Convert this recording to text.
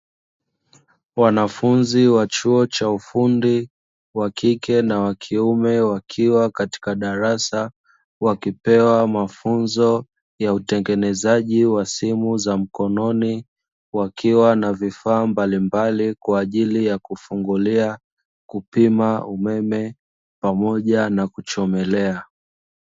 Wanafunzi wa chuo cha ufundi wa kike na wa kiume, wakiwa katika darasa, wakipewa mafunzo ya utengenezaji wa simu za mkononi, wakiwa na vifaa mbalimbali kwa ajili ya kufungulia, kupima umeme pamoja na kuchomelea.